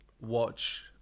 watch